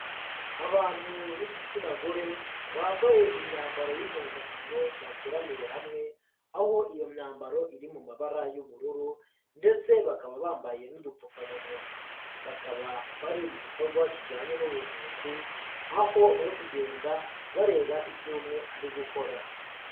Abantu b'igitsina gore bambaye imyambaro y'impuzankano bateraniye hamwe, aho iyo myambaro iri mu mabara y'ubururu ndetse bakaba bambaye n'udupfukamunwa, bakaba bari mu gikorwa kijyanye n'ubuvuzi aho bari kugenda bareba ibyo umwe ari gukora.